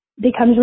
becomes